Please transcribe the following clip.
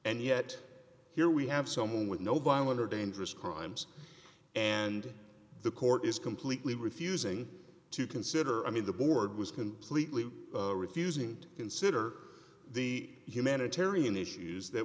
and yet here we have someone with no bollinger dangerous crimes and the court is completely refusing to consider i mean the board was completely refusing to consider the humanitarian issues that